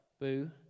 Boo